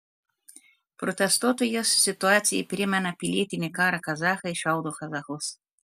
protestuotojas situacija primena pilietinį karą kazachai šaudo kazachus